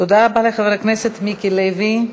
תודה רבה לחבר הכנסת מיקי לוי.